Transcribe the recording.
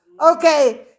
Okay